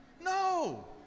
No